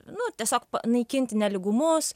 nu tiesiog panaikinti nelygumus